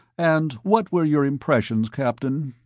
and what were your impressions, captain?